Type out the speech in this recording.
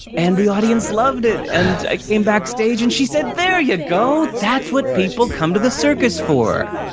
and the audience loved it, and i came backstage, and she said, there you go! that's what people come to the circus for!